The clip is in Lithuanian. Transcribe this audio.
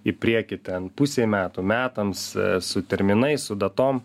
į priekį ten pusei metų metams su terminais su datom